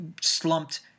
slumped